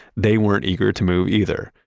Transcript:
they weren't eager to move either.